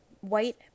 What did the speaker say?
white